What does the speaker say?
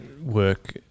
work